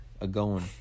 A-going